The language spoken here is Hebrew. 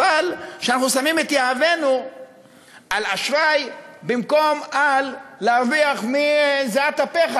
אבל אנחנו שמים את יהבנו על אשראי במקום על להרוויח בזיעת אפיך,